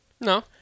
No